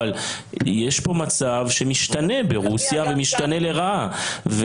אבל יש פה מצב שמשתנה ברוסיה ומשתנה לרעה.